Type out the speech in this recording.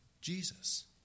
Jesus